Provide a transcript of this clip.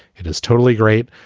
it is totally great.